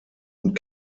und